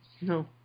No